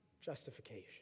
justification